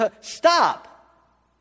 Stop